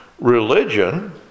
religion